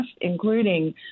including